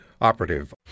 operative